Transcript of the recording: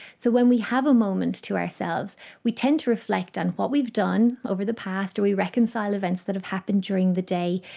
so when we have a moment to ourselves we tend to reflect on what we've done over the past, we reconcile events that have happened during the day,